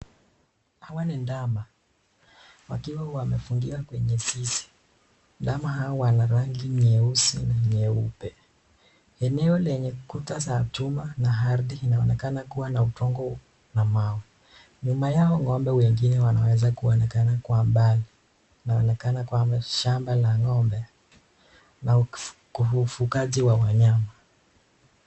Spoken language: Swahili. Hawa ni ndama. wakiwa wamefungiwa kwenye zizi. Ndama hawa Wana rangi nyeusi na nyeupe . Eneo lenye kuta za chuma na ardi linaonekana kuwa na utongo na mawe. Nyuma yao ngombe wengine wanaweza kuoenekana kwamba shamba la ngombe na ufugaji wa wanyama.